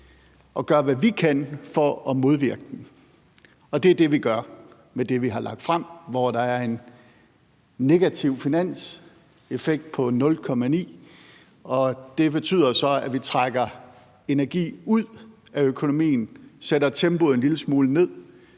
at gøre, hvad vi kan, for at modvirke den. Og det er det, vi gør med det, vi har lagt frem, hvor der er en negativ finanseffekt på 0,9. Det betyder så, at vi trækker energi ud af økonomien, sætter tempoet en lille smule ned.